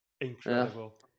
Incredible